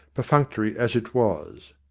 perfunctory as it was.